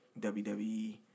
WWE